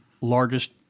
largest